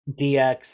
DX